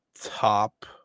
top